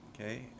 Okay